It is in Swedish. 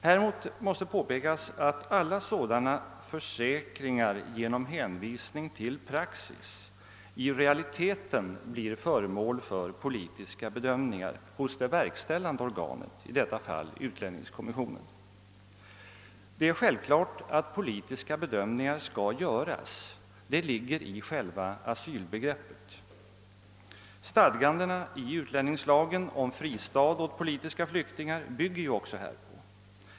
Mot detta måste påpekas att alla sådana försäkringar genom hänvisning till praxis i realiteten blir föremål för politiska bedömningar hos det verkställande organet, i detta fall utlänningskommissionen. Det är självklart att politiska bedömningar skall göras. Det ligger i själva asylbegreppet. Stadgandena i utlänningslagen om fristad åt politiska flyktingar bygger ju också på det.